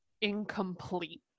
incomplete